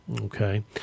Okay